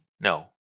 No